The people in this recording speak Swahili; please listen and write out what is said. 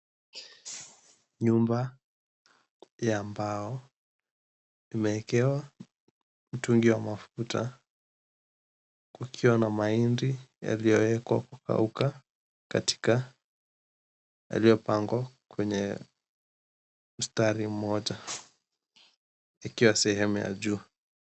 Nyumba ya mbao imeekewa mtungi wa mafuta kukiwa na mahindi yaliyowekwa kukauka katika yaliyopangwa kwenye mstari mmoja ikiwa sehemu ya juu.